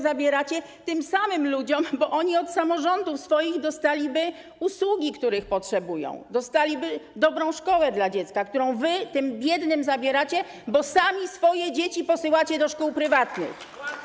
zabieracie tym samym ludziom, bo oni od swoich samorządów dostaliby usługi, których potrzebują, dostaliby dobrą szkołę dla dziecka, którą wy tym biednym zabieracie, bo sami swoje dzieci posyłacie do szkół prywatnych.